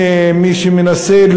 ממי שמנסה,